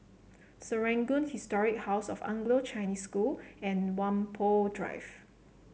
Serangoon Historic House of Anglo Chinese School and Whampoa Drive